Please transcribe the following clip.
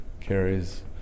carries